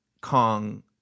Kong